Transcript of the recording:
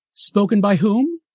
spoken by whom?